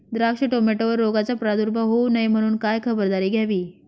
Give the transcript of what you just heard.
द्राक्ष, टोमॅटोवर रोगाचा प्रादुर्भाव होऊ नये म्हणून काय खबरदारी घ्यावी?